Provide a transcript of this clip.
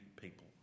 people